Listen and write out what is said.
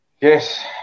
yes